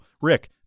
Rick